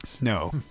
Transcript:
No